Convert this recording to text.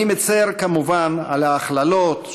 אני מצר כמובן על ההכללות,